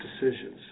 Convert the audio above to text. decisions